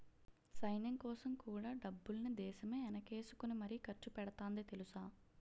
సైన్యంకోసం కూడా డబ్బుల్ని దేశమే ఎనకేసుకుని మరీ ఖర్చుపెడతాంది తెలుసా?